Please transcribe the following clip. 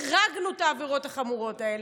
החרגנו את העבירות החמורות האלה,